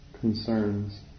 Concerns